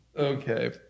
Okay